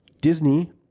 Disney